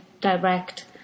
direct